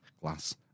glass